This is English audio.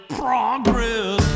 progress